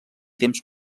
temps